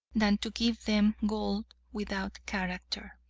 than to give them gold without character.